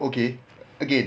okay again